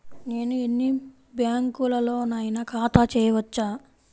నేను ఎన్ని బ్యాంకులలోనైనా ఖాతా చేయవచ్చా?